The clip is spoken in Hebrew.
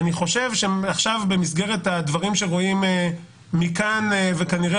אני חושב שבמסגרת הדברים שרואים מכאן וכנראה